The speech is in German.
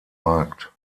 markt